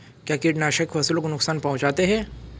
क्या कीटनाशक फसलों को नुकसान पहुँचाते हैं?